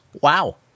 Wow